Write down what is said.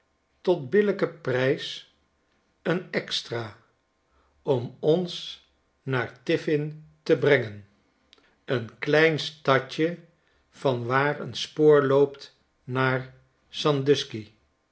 tot billijken prijs een extra om ons naar tiffin te brengen een klein stadje van waar een spoor loopt naar sandusky